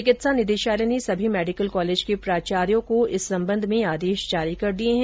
चिकित्सा निदेशालय ने सभी मेडिकल कॉलेज के प्राचार्यों को इस संबंध में आदेश जारी कर दिये है